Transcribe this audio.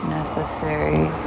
necessary